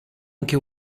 anche